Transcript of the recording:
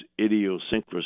idiosyncrasies